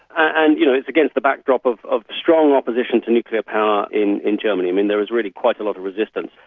and you know it's against the backdrop of of strong opposition to nuclear power in in germany. there is really quite a lot of resistance.